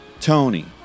Tony